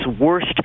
worst